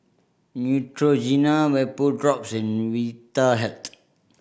Neutrogena Vapodrops and Vitahealth